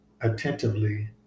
attentively